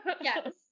Yes